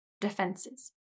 defenses